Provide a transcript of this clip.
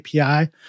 API